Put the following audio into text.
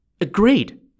agreed